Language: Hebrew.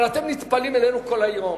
אבל אתם נטפלים אלינו כל היום,